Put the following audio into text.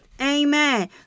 Amen